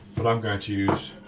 but i'm going to use